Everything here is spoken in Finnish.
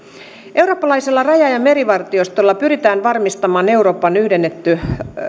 eurooppalaisella raja ja merivartiostolla pyritään varmistamaan eurooppaan yhdennetty